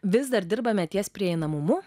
vis dar dirbame ties prieinamumu